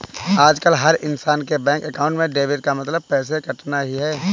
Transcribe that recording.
आजकल हर इन्सान के बैंक अकाउंट में डेबिट का मतलब पैसे कटना ही है